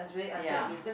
ya